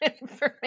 information